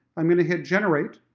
i'm going to hit generate.